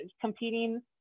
competing